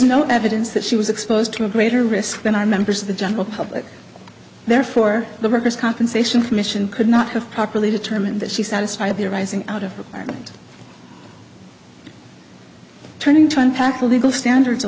no evidence that she was exposed to a greater risk than are members of the general public therefore the workers compensation commission could not have properly determined that she satisfy the arising out of apparent turning turn tackle legal standards a